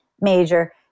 major